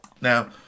now